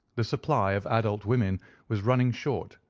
the supply of adult women was running short,